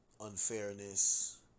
unfairness